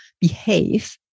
behave